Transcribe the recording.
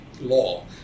law